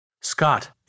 Scott